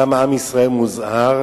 כמה עם ישראל מוזהר